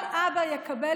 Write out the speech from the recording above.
כל אבא יקבל